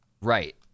Right